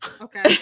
Okay